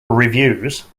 reviews